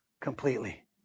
completely